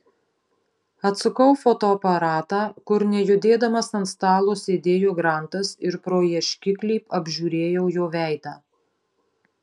atsukau fotoaparatą kur nejudėdamas ant stalo sėdėjo grantas ir pro ieškiklį apžiūrėjau jo veidą